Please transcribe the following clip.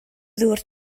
ddŵr